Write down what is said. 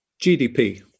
GDP